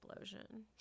explosion